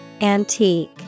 Antique